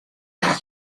that